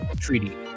treaty